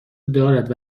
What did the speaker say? دارد